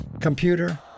computer